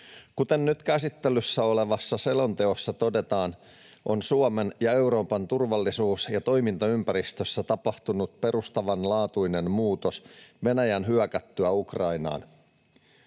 Kuten nyt käsittelyssä olevassa selonteossa todetaan, on Suomen ja Euroopan turvallisuus- ja toimintaympäristössä tapahtunut perustavanlaatuinen muutos Venäjän hyökättyä Ukrainaan.